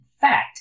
fact